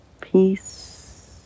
Peace